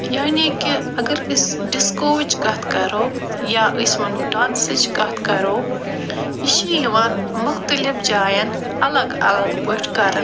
یعنی کہِ اگر أسۍ ڈِسکووٕچۍ کتھ کرو یا أسۍ ؤنو ڈانسٕچۍ کتھ کرو یہ چھِ یِوان مختلف جایَن الگ الگ پٲٹھۍ کرنہٕ